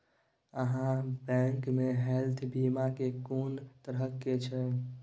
आहाँ बैंक मे हेल्थ बीमा के कोन तरह के छै?